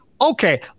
Okay